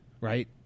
right